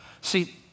See